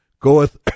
goeth